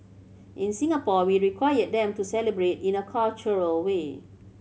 in Singapore we require them to celebrate in a cultural way